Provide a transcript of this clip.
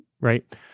right